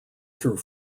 through